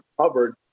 covered